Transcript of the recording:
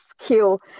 skill